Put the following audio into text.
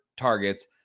targets